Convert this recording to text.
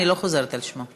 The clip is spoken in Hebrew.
אני לא חוזרת על שמו.